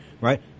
right